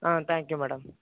ah thank you madam